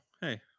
hey